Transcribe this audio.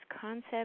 concept